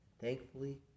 Thankfully